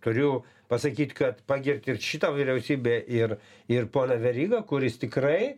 turiu pasakyt kad pagirti ir šitą vyriausybę ir ir poną verygą kuris tikrai